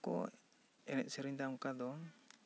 ᱠᱚ ᱮᱱᱮᱡ ᱥᱮᱨᱮᱧ ᱮᱫᱟ ᱠᱚ ᱚᱝᱠᱟ ᱫᱚ